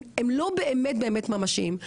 הם לא באמת באמת ממשיים.